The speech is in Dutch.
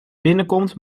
binnenkomt